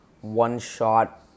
one-shot